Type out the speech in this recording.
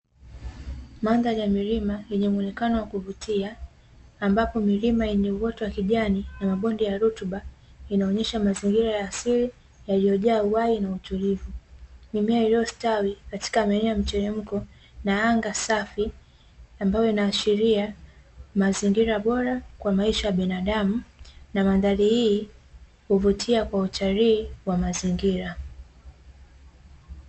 Mandhari ya milima yenye mwonekano wa kuvutia, ambapo milima yenye uoto wa kijani na mabonde ya rutuba inaonyesha mazingira ya asili yaliyojaa uhai na utulivu. Mimea iliyostawi katika maeneo ya mteremko na anga safi ambayo inaashiria mazingira bora kwa maisha ya binadamu, na mandhari hii huvutia kwa utalii wa mazingira.